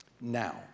Now